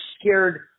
scared